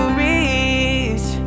reach